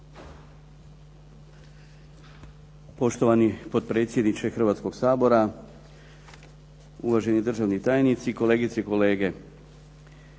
Poštovani potpredsjedniče Hrvatskog sabora, uvaženi državni tajnici, kolegice i kolege.